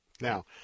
Now